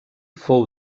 fou